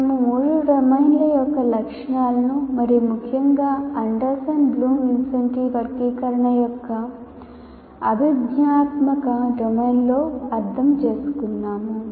మేము మూడు డొమైన్ల యొక్క లక్షణాలను మరియు ముఖ్యంగా అండర్సన్ బ్లూమ్ విన్సెంటి వర్గీకరణ యొక్క అభిజ్ఞాత్మక డొమైన్లో అర్థం చేసుకున్నాము